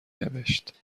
نوشت